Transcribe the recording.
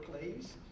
please